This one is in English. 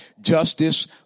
justice